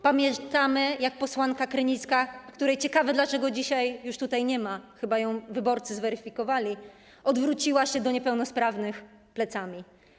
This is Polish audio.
Pamiętamy, jak posłanka Krynicka - ciekawe, dlaczego jej dzisiaj tutaj nie ma, chyba ją wyborcy zweryfikowali - odwróciła się do niepełnosprawnych plecami.